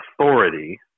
authority